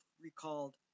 recalled